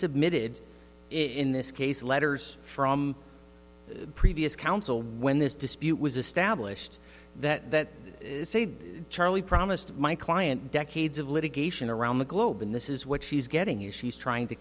submitted it in this case letters from previous counsel when this dispute was established that that is a charlie promised my client decades of litigation around the globe in this is what she's getting is she's trying to